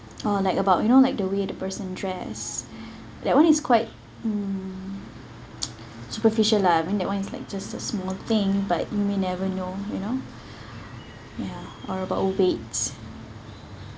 or like about you know like the way the person dress that one is quite mm superficial lah I mean that one is like just a small thing but you may never know you know ya or about weight